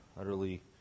utterly